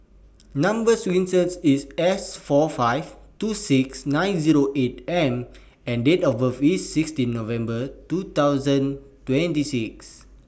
Number sequence IS S four five two six nine Zero eight M and Date of birth IS sixteen November two thousand twenty six